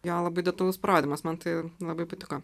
jo labai detalus parodymas man tai labai patiko